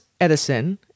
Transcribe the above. Edison